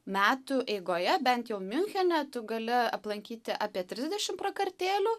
metų eigoje bent jau miunchene tu gali aplankyti apie trisdešim prakartėlių